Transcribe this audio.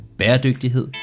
bæredygtighed